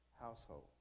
household